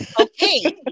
Okay